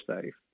safe